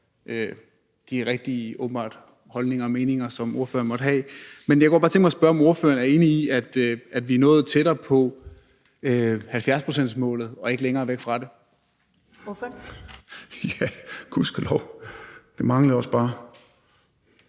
de rigtige, åbenbart, holdninger og meninger, som ordføreren måtte have. Men jeg kunne bare godt tænke mig at spørge, om ordføreren er enig i, at vi er nået tættere på 70-procentsmålet og ikke kommet længere væk fra det. Kl. 14:57 Første næstformand (Karen